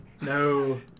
No